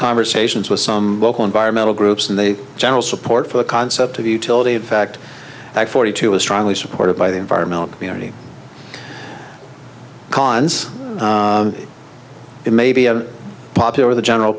conversations with some local environmental groups and the general support for the concept of utility in fact that forty two is strongly supported by the environmental community cons it may be a popular the general